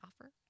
offer